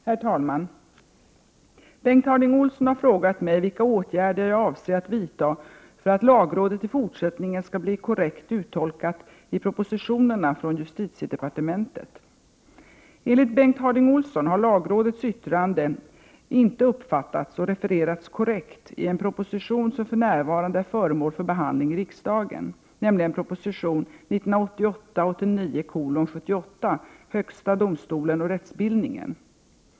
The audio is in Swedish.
Herr talman! Bengt Harding Olson har frågat mig vilka åtgärder jag avser att vidta för att lagrådet i fortsättningen skall bli korrekt uttolkat i propositionerna från justitiedepartementet. Enligt Bengt Harding Olson har lagrådets yttrande inte uppfattats och refererats korrekt i en proposition som för närvarande är föremål för behandling i riksdagen, nämligen proposition 1988/89:78 Högsta domstolen och rättsbildningen.